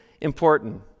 important